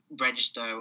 register